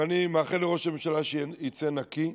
ואני מאחל לראש הממשלה שיצא נקי,